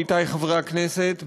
עמיתי חברי הכנסת,